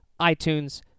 iTunes